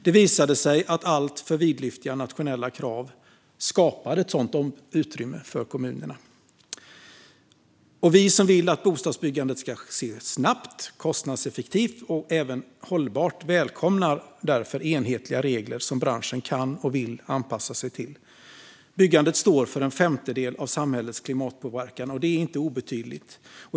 Det visade sig att alltför vidlyftiga nationella krav skapade ett sådant utrymme för kommunerna. Vi som vill att bostadsbyggandet ska ske snabbt, kostnadseffektivt och även hållbart välkomnar därför enhetliga regler som branschen kan och vill anpassa sig till. Byggandet står för en femtedel av samhällets klimatpåverkan, vilket inte är obetydligt.